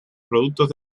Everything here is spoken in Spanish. productos